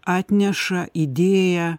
atneša idėją